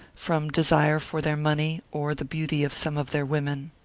from desire for their money, or the beauty of some of their women.